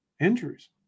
Injuries